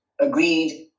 agreed